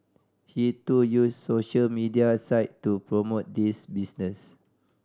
he too used social media site to promote this business